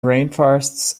rainforests